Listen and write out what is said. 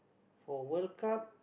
for World-Cup